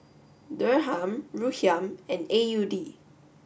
Dirham Rupiah and A U D